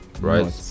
right